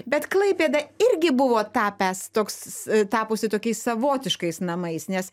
bet klaipėda irgi buvo tapęs toks tapusi tokiais savotiškais namais nes